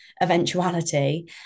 eventuality